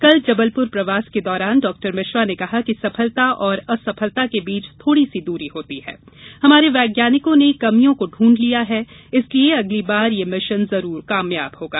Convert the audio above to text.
कल जबलपुर प्रवास के दौरान डॉक्टर मिश्रा ने कहा कि सफलता और असफलता के बीच थोड़ी सी दूरी होती है हमारे वैज्ञानिकों ने कमियों को ढूंढ लिया है इसलिये अगली बार यह मिशन जरूर कामयाब होगा